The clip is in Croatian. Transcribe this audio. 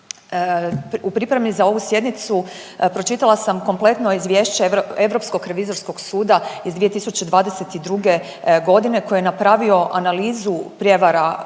U pripremi za ovu sjednicu pročitala sam kompletno izvješće Europskog revizorskog suda iz 2022.g. koji je napravio analizu prijevara u